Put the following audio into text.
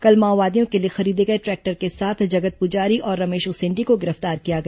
कल माओवादियों के लिए खरीदे गए दै क्टर के साथ जगत पुजारी और रमेश उसेंडी को गिर फ्तार किया गया